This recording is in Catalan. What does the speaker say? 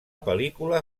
pel·lícula